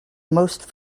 most